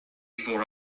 for